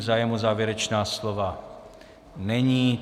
Zájem o závěrečná slova není.